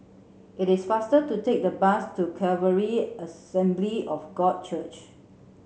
it is faster to take the bus to Calvary Assembly of God Church